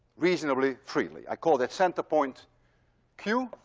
reasonably freely. i call that center point q